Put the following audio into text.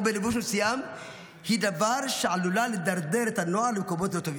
בלבוש מסוים היא דבר שעלול לדרדר את הנוער למקומות לא טובים.